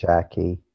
Jackie